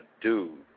dude